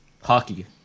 Hockey